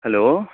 hello